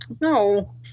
No